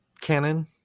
canon